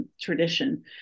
tradition